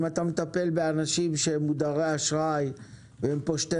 אם אתה מטפל באנשים שהם מודרי אשראי ופושטי